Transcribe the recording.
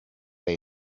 they